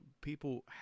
people